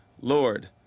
Lord